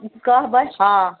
कहबै हॅं